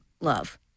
love